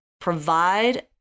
provide